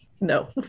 No